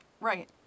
Right